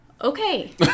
okay